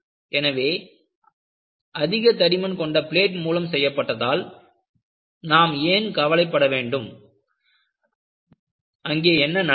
எனவே அதிக தடிமன் கொண்ட பிளேட் மூலம் செய்யப்பட்டதால் நாம் ஏன் கவலைப்பட வேண்டும் அங்கே என்ன நடந்தது